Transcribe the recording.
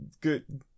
good